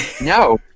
no